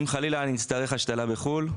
אם חלילה אני אצטרך השתלה בחו"ל,